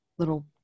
little